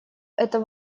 это